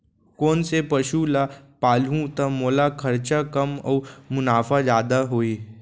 कोन से पसु ला पालहूँ त मोला खरचा कम अऊ मुनाफा जादा होही?